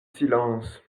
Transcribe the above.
silence